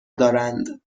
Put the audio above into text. دارند